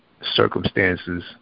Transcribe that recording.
circumstances